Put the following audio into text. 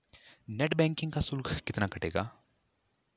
Net banking का शुल्क कितना कटेगा?